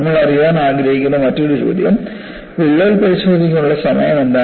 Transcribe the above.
നമ്മൾ അറിയാൻ ആഗ്രഹിക്കുന്ന മറ്റൊരു ചോദ്യം വിള്ളൽ പരിശോധിക്കുന്നതിനുള്ള സമയം എന്താണ്